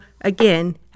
again